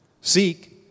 Seek